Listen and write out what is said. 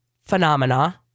phenomena